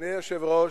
אדוני היושב-ראש,